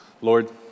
Lord